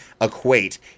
equate